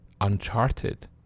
Uncharted